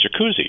Jacuzzi